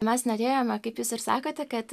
mes norėjome kaip jūs ir sakote kad